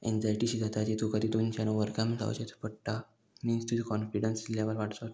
एन्जायटीशी जाता जी तूं तरी दोनशेन ओवरकम जावचे पडटा मिन्स तुजो कॉनफिडंस लेवल वोडोवचोच पडटा